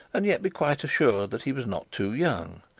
and yet, be quite assured that he was not too young.